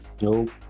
Nope